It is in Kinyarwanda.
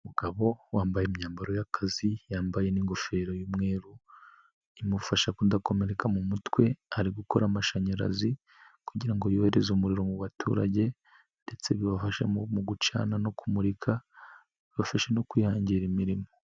Umugabo wambaye imyambaro y'akazi, yambaye n'ingofero y'umweru imufasha kudakomereka mu mutwe, ari gukora amashanyarazi kugirango yohereze umuriro mu baturage ndetse bibafasha mu gucana no kumurika abafashe no kwihangira imirimo.